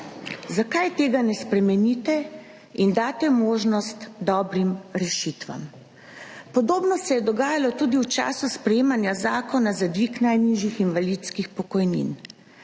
Zakaj tega ne spremenite in daste možnost dobrim rešitvam? Podobno se je dogajalo tudi v času sprejemanja zakona za dvig najnižjih invalidskih pokojnin.